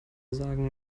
sagen